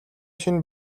шинэ